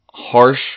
harsh